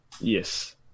Yes